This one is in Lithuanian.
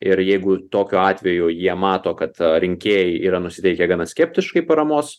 ir jeigu tokiu atveju jie mato kad rinkėjai yra nusiteikę gana skeptiškai paramos